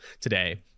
today